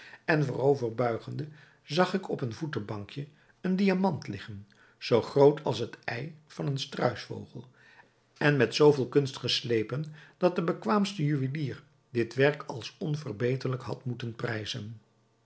en voorover buigende zag ik op een voetbankje een diamant liggen zoo groot als het ei van een struisvogel en met zoo veel kunst geslepen dat de bekwaamste juwelier dit werk als onverbeterlijk had moeten prijzen